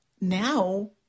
now